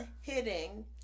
hitting